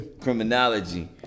criminology